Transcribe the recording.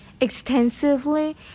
extensively